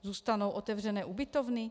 Zůstanou otevřené ubytovny?